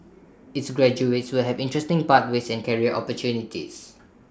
its graduates will have interesting pathways and career opportunities